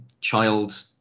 child